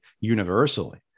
universally